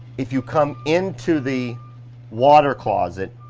if you come into the water closet,